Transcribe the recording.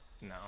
No